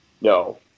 No